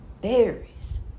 berries